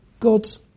God's